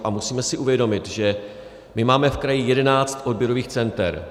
A musíme si uvědomit, že my máme v kraji 11 odběrových center.